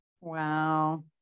Wow